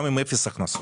גם עם אפס הכנסות,